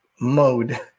mode